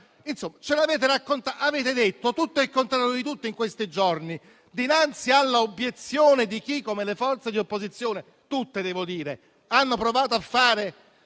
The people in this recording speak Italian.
avete detto tutto e il contrario di tutto in questi giorni. Dinanzi all'obiezione di chi, come le forze di opposizione, tutte - devo dire - ha avanzato argomenti